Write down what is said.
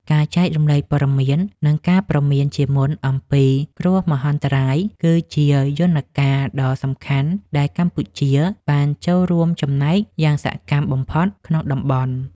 ការចែករំលែកព័ត៌មាន និងការព្រមានជាមុនអំពីគ្រោះមហន្តរាយ គឺជាយន្តការដ៏សំខាន់ដែលកម្ពុជាបានចូលរួមចំណែកយ៉ាងសកម្មបំផុតក្នុងតំបន់។